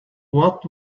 what